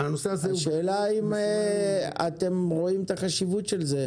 השאלה האם אתם רואים את החשיבות של זה.